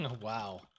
Wow